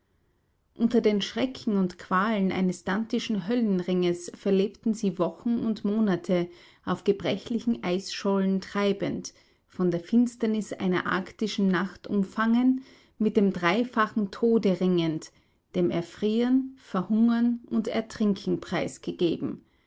unter den schrecken und qualen eines dantischen höllenringes verlebten sie wochen und monate auf gebrechlichen eisschollen treibend von der finsternis einer arktischen nacht umfangen mit dem dreifachen tode ringend dem erfrieren verhungern und ertrinken preisgegeben